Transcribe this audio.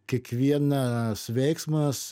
kiekvienas veiksmas